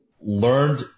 learned